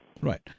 Right